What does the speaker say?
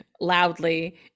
loudly